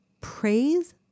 Praise